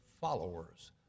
followers